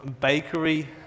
bakery